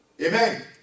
Amen